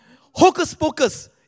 Hocus-pocus